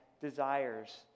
desires